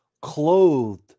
clothed